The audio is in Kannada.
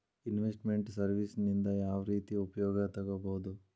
ಇನ್ವೆಸ್ಟ್ ಮೆಂಟ್ ಸರ್ವೇಸ್ ನಿಂದಾ ಯಾವ್ರೇತಿ ಉಪಯೊಗ ತಗೊಬೊದು?